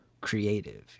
creative